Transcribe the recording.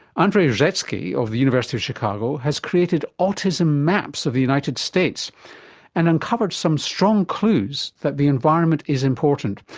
andrey rzhetsky of the university of chicago has created autism maps of the united states and uncovered some strong clues that the environment is important.